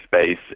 space